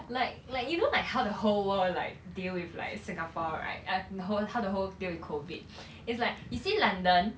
like like you know like how the whole world like deal with like singapore right how the whole deal with COVID it's like you see london